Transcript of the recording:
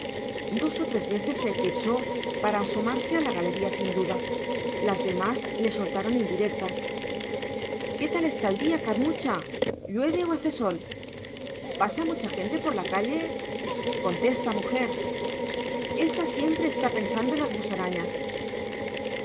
dos o tres veces se eclipsó para asomarse a la galería sin duda las demás le soltaron indirectas qué tal está el día carmucha llueve o hace sol pasa mucha gente por la calle contesta mujer ésa siempre está pensando en las musarañas